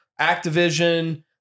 Activision